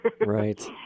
Right